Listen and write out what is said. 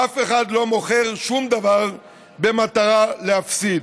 אף אחד לא מוכר שום דבר במטרה להפסיד.